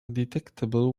detectable